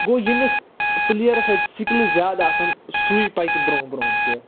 گوٚو یٔمِس پُلیرَس اَتہِ سِکلٕز زیادٕ آسَن سُے پَکہِ برٛونٛہہ برٛونٛہہ تہِ